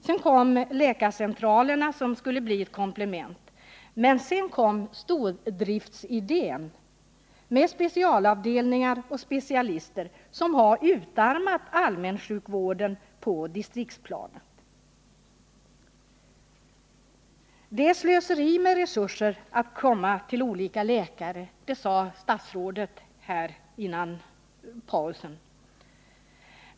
Sedan kom läkarcentralerna, som skulle bli ett komplement. Därefter kom stordriftsidén med specialavdelningar och specialister, vilket har utarmat allmänsjukvården på distriktsplanet. Det är slöseri med resurser att komma till olika läkare. Det sade statsrådet före pausen.